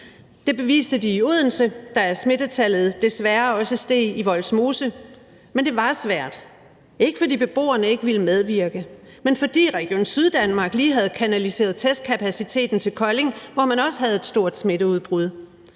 Det beviste de i Odense, da smittetallet desværre også steg i Vollsmose, men det var svært. Det var ikke, fordi beboerne ikke ville medvirke, men fordi Region Syddanmark lige havde kanaliseret testkapaciteten til Kolding, hvor man også havde et stort smitteudbrud.